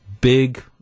big